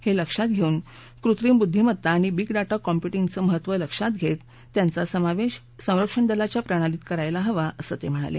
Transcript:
हे लक्षात घेऊन कृत्रिम बुद्धीमत्ता आणि बिग डाटा काँम्प्युटींगचं महत्व लक्षात घेत त्यांचा समावेश संरक्षणदलाच्या प्रणालीत करायला हवा असं रावत म्हणाले